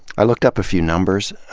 i looked up a few numbers.